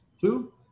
two